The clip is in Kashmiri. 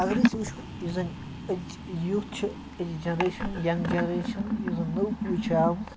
اَگر أسۍ وٕچھو یُس زَن أزِج یوٗتھ چھِ أزِج جَنریشَن ینٛگ جَنریشَن یُس زَن نٔو پُے چھےٚ آمٕژ